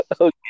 Okay